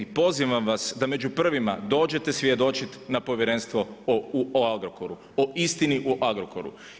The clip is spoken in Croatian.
Pozivam vas da među prvima dođete svjedočiti na Povjerenstvo o Agrokoru, o istini u Agrokoru.